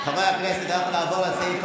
זה לא לעניין.